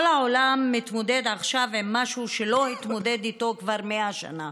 כל העולם מתמודד עכשיו עם משהו שלא התמודד איתו כבר 100 שנה.